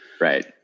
right